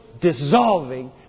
dissolving